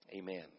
Amen